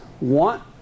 want